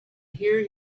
hear